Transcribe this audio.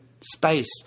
space